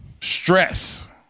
stress